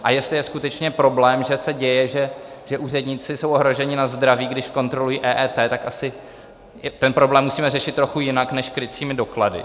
A jestli je skutečně problém, že se děje, že úředníci jsou ohroženi na zdraví, když kontrolují EET, tak asi ten problém musíme řešit trochu jinak než krycími doklady.